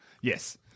Yes